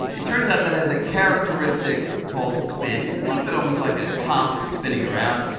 it turns out that has a characteristic called spin. you could think of it almost like a top that's spinning around.